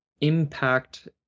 impact